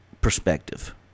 perspective